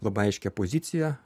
labai aiškią poziciją